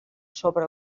sobre